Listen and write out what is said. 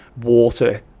water